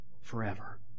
forever